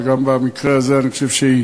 וגם במקרה הזה אני חושב שהיא